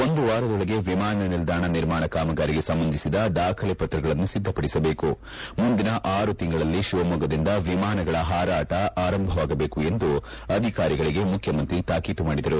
ಒಂದು ವಾರದೊಳಗೆ ವಿಮಾನ ನಿಲ್ದಾಣ ನಿರ್ಮಾಣ ಕಾಮಗಾರಿಗೆ ಸಂಬಂಧಿಸಿದ ದಾಖಲೆ ಪತ್ರಗಳನ್ನು ಸಿದ್ದಪಡಿಸಬೇಕು ಮುಂದಿನ ಆರು ತಿಂಗಳಲ್ಲಿ ಶಿವಮೊಗ್ಗದಿಂದ ವಿಮಾನಗಳ ಪಾರಾಟ ಆರಂಭವಾಗಬೇಕು ಎಂದು ಅಧಿಕಾರಿಗಳಿಗೆ ಮುಖ್ಯಮಂತ್ರಿ ತಾಕೀತು ಮಾಡಿದರು